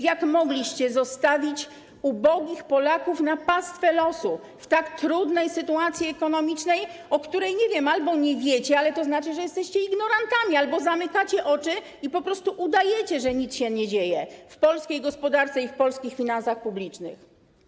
Jak mogliście zostawić ubogich Polaków na pastwę losu w tak trudnej sytuacji ekonomicznej, o której, nie wiem, albo nie wiecie, ale to znaczy, że jesteście ignorantami, albo na którą zamykacie oczy i po prostu udajecie, że nic się nie dzieje w polskiej gospodarce i w polskich finansach publicznych?